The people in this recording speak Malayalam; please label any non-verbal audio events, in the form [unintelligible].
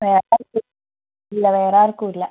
[unintelligible] ഇല്ല വേറെയാർക്കും ഇല്ല